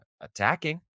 attacking